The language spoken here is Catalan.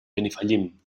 benifallim